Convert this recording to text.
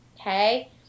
okay